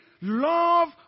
love